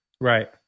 right